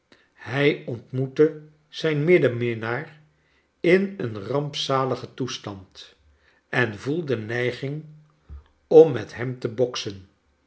hij ontmoette zijn medeminnaar in een rampzaligen toestand en voelde neiging om met hem te boksen